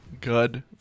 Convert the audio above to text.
Good